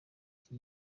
iki